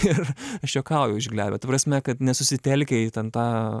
ir aš juokauju išglebę ta prasme kad nesusitelkę į ten tą